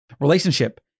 Relationship